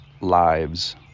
lives